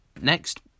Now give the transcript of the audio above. next